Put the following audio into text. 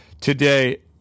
today